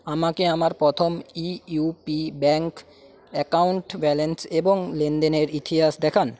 আমাকে আমার প্রথম e UPI bank account balance এবং লেনদেনের ইতিহাস দেখান